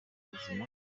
ubuzima